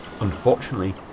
Unfortunately